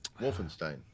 Wolfenstein